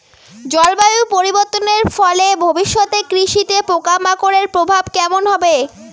জলবায়ু পরিবর্তনের ফলে ভবিষ্যতে কৃষিতে পোকামাকড়ের প্রভাব কেমন হবে?